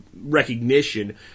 recognition